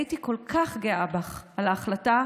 הייתי כל כך גאה בך על ההחלטה,